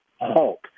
halt